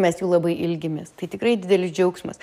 mes jų labai ilgimės tai tikrai didelis džiaugsmas